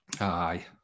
Aye